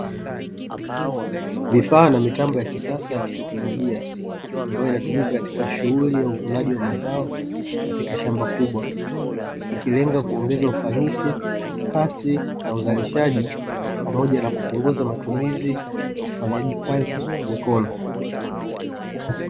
Vifaa na mitambo ya kisasa ya kiteknolojia ambayo inatumika katika shughuli ya uvunaji wa mazao katika shamba kubwa, ikilenga kuongeza ufanisi, kasi na uzalishaji, pamoja na kupunguza matumizi ya ufanyaji kazi kwa mikono.